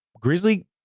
Grizzly